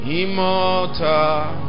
immortal